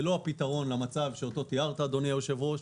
הפתרון למצב שאותו תיארת, אדוני היושב-ראש.